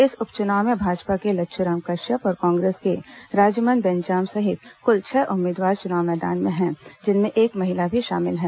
इस उप चुनाव में भाजपा के लच्छ्राम कश्यप और कांग्रेस के राजमन बेंजाम सहित कुल छह उम्मीदवार चुनाव मैदान में हैं जिनमें एक महिला भी शामिल हैं